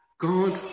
God